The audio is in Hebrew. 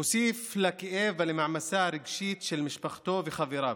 ומוסיף לכאב ולמעמסה הרגשית של משפחתו וחבריו.